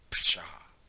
pshaw!